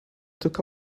took